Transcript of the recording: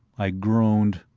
i groaned.